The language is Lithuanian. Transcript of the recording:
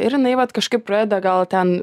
ir jinai vat kažkaip pradeda gal ten